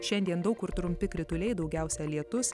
šiandien daug kur trumpi krituliai daugiausia lietus